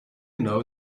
know